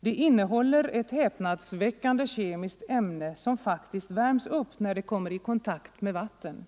”Det innehåller ett häpnadsväckande kemiskt ämne som faktiskt värms upp när det kommer i kontakt med vatten.